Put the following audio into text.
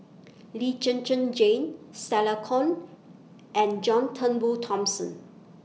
Lee Zhen Zhen Jane Stella Kon and John Turnbull Thomson